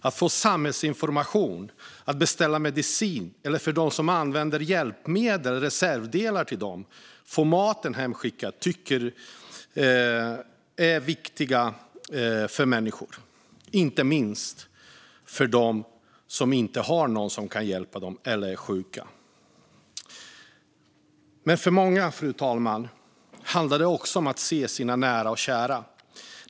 Att få samhällsinformation, att kunna beställa medicin - eller reservdelar till hjälpmedel, för dem som använder sådana - och att kunna få maten hemskickad är viktigt för människor. Det gäller inte minst dem som inte har någon som kan hjälpa dem eller som är sjuka. Men för många, fru talman, handlar det också om att se sina nära och kära.